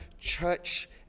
church